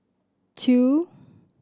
two